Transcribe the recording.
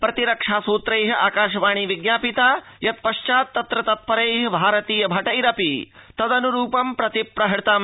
प्रतिरक्षासूत्रै आकाशवाणी विज्ञापिता यत् पश्चात् तत्र तत्पैर भारतीय भटैरपि तदनुरूप प्रतिप्रहतम्